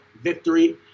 victory